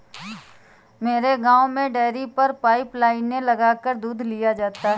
मेरे गांव में डेरी पर पाइप लाइने लगाकर दूध लिया जाता है